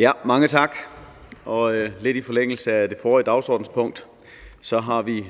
(S): Mange tak. Lidt i forlængelse af det forrige dagsordenspunkt har vi